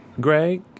Greg